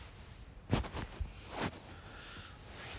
I don't know leh I also don't know like 他想找什么工 because 现在